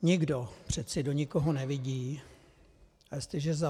Nikdo přece do nikoho nevidí, a jestliže je ...